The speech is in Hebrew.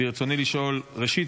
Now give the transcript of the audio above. רצוני לשאול: 1. ראשית,